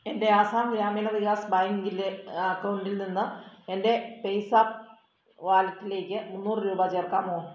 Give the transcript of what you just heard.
എൻ്റെ ആസാം ഗ്രാമീണ വികാസ് ബാങ്കിലെ അക്കൗണ്ടിൽ നിന്ന് എൻ്റെ പെയ്സാപ് വാലറ്റിലേക്ക് മുന്നൂറ് രൂപ ചേർക്കാമോ